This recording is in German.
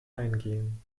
eingehen